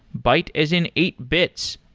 byte as in eight bits.